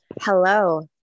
Hello